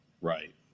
Right